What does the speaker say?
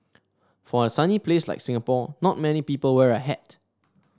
for a sunny place like Singapore not many people wear a hat